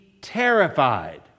terrified